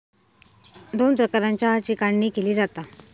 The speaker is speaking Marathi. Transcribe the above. दोन प्रकारानं चहाची काढणी केली जाता